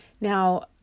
Now